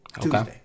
Tuesday